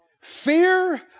Fear